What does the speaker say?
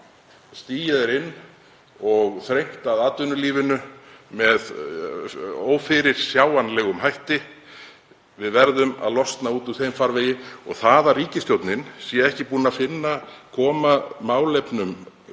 stigið er inn og þrengt að atvinnulífinu með ófyrirsjáanlegum hætti. Við verðum að losna út úr þeim farvegi. Og það að ríkisstjórnin sé ekki búin að koma málefnum